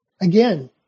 Again